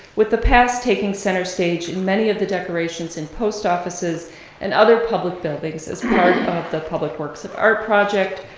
with the past taking center stage in many of the decorations in post offices and other public buildings as part of the public works of art project,